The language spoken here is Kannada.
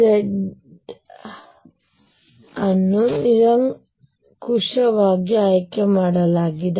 ಆದ್ದರಿಂದ z ಅನ್ನು ನಿರಂಕುಶವಾಗಿ ಆಯ್ಕೆ ಮಾಡಲಾಗಿದೆ